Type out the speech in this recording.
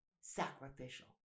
sacrificial